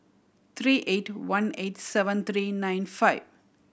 three eight one eight seven three nine five